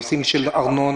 נושאים של ארנונה,